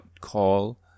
call